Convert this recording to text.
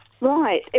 Right